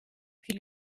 puis